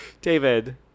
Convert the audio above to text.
David